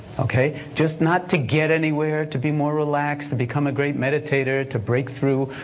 ok? just not to get anywhere, to be more relaxed, to become a great meditator, to break through,